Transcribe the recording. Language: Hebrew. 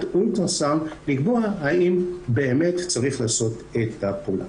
אולטרסאונד לקבוע אם באמת צריך לעשות את הפעולה.